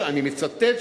אני מצטט,